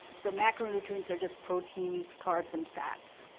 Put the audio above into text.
so macronutrients are just proteins, carbs, and fats.